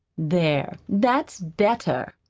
there, that's better,